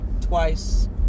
twice